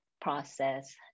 process